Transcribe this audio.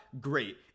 great